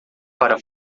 para